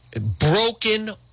Broken